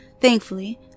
Thankfully